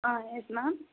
ah yes ma'am